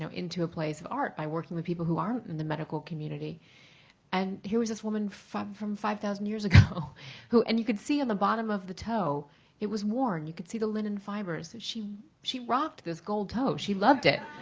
into a place of art by working with people who aren't in the medical community and here is this woman from five thousand years ago who and you could see on the bottom of the toe it was worn. you could see the linen fibers. she she rocked this gold toe. she loved it.